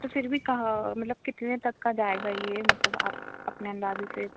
तो फिर भी का मतलब कितने तक का जाएगा यह मतलब आप अपने अंदाज़े से